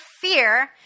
fear